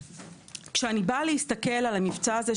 כשאני באה להסתכל על המבצע הזה,